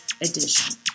edition